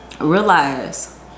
realize